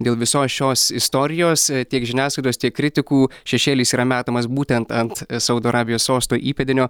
dėl visos šios istorijos tiek žiniasklaidos tiek kritikų šešėlis yra metamas būtent ant saudo arabijos sosto įpėdinio